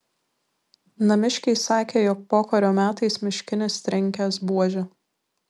namiškiai sakė jog pokario metais miškinis trenkęs buože